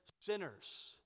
sinners